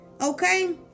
Okay